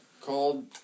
called